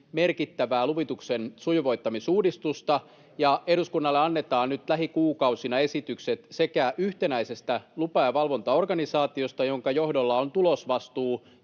merkittävää luvituksen sujuvoittamisen uudistusta, ja eduskunnalle annetaan nyt lähikuukausina esitykset sekä yhtenäisestä lupa- ja valvontaorganisaatiosta, jonka johdolla on tulosvastuu